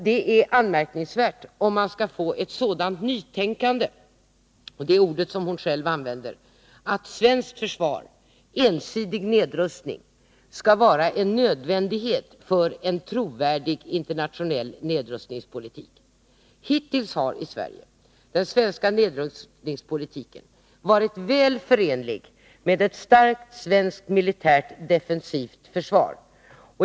Det är anmärkningsvärt om man skall få ett sådant nytänkande — det är det ord som hon själv använder — att ensidig nedrustning av svenskt försvar skall vara en nödvändighet för en trovärdig internationell nedrustningspolitik. Hittills har den svenska nedrustningspolitiken varit väl förenlig med ett starkt svenskt militärt defensivt försvar.